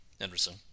Anderson